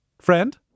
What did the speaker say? friend